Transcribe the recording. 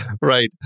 right